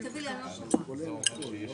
איימן עודה רוצה להיות